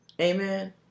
Amen